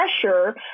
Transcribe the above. pressure